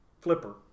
flipper